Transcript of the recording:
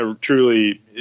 truly